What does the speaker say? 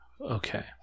Okay